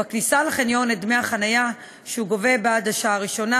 בכניסה לחניון את דמי החניה שהוא גובה בעד השעה הראשונה,